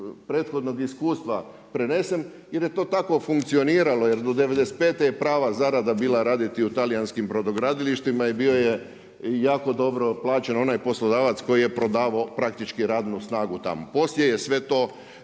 prethodnog iskustva prenesem jer je to tako funkcioniralo. Jer do '95. je prava zarada bila raditi u talijanskim brodogradilištima i bio je jako dobro plaćen onaj poslodavac koji je prodavao praktički radnu snagu tamo.